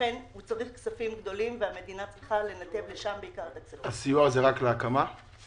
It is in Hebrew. לכן הוא צריך כספים גדולים והמדינה צריכה לנתב בעיקר את הכספים לשם.